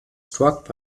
struck